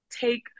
take